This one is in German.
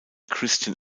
christian